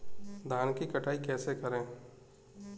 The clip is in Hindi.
धान की कटाई कैसे करें?